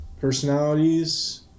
personalities